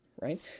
right